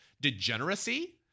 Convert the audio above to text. degeneracy